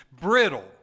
brittle